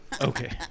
Okay